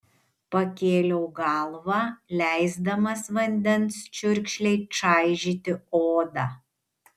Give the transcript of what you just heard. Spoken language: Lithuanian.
pakėliau galvą leisdamas vandens čiurkšlei čaižyti odą